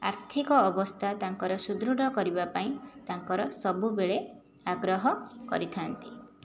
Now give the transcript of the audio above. ଆର୍ଥିକ ଅବସ୍ଥା ତାଙ୍କର ସୁଦୁଢ଼ କରିବାପାଇଁ ତାଙ୍କର ସବୁବେଳେ ଆଗ୍ରହ କରିଥାନ୍ତି